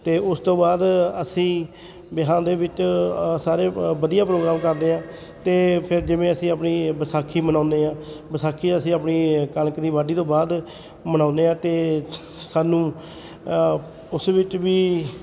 ਅਤੇ ਉਸ ਤੋਂ ਬਾਅਦ ਅਸੀਂ ਵਿਆਹਾਂ ਦੇ ਵਿੱਚ ਅ ਸਾਰੇ ਅ ਵਧੀਆ ਪ੍ਰੋਗਰਾਮ ਕਰਦੇ ਹਾਂ ਅਤੇ ਫਿਰ ਜਿਵੇਂ ਅਸੀਂ ਆਪਣੀ ਵਿਸਾਖੀ ਮਨਾਉਂਦੇ ਹਾਂ ਵਿਸਾਖੀ ਅਸੀਂ ਆਪਣੀ ਕਣਕ ਦੀ ਵਾਢੀ ਤੋਂ ਬਾਅਦ ਮਨਾਉਂਦੇ ਹਾਂ ਅਤੇ ਸਾਨੂੰ ਉਸ ਵਿੱਚ ਵੀ